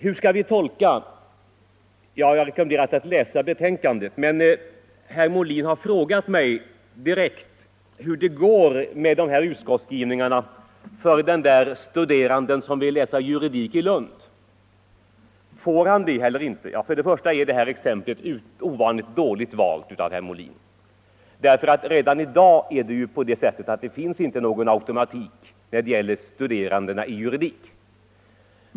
Jag sade att det bara var att läsa betänkandet, men herr Molin har direkt frågat mig hur det med den här utskottsskrivningen skulle gå för den som vill läsa juridik i Lund — får han det? Först och främst är exemplet ovanligt dåligt valt därför att det inte ens i dag finns någon automatik för studerande i juridik.